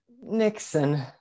Nixon